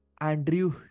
Andrew